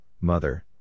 mother